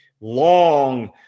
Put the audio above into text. long